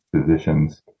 physicians